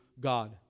God